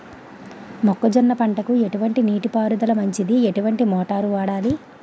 మొక్కజొన్న పంటకు ఎటువంటి నీటి పారుదల మంచిది? ఎటువంటి మోటార్ వాడాలి?